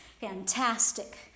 fantastic